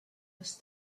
his